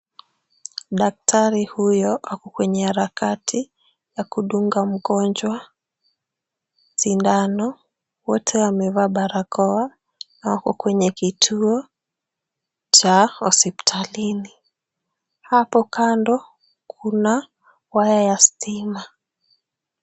Daktari huyo ako kwenye harakati ya kudunga mgonjwa sindano. Wote wamevaa barakoa na wako kwenye kituo cha hospitalini. Hapo kando kuna waya ya stima.